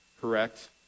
correct